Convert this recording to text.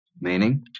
Meaning